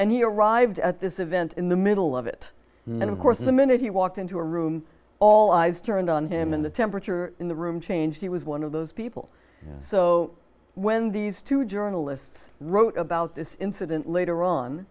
and he arrived at this event in the middle of it and of course the minute he walked into a room all eyes turned on him and the temperature in the room changed he was one of those people so when these two journalists wrote about this incident later on